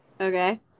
Okay